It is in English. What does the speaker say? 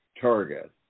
target